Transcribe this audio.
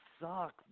suck